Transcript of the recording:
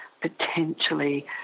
potentially